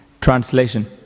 Translation